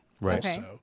Right